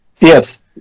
Yes